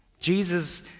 Jesus